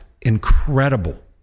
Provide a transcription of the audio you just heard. incredible